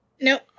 Nope